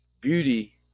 Beauty